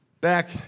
back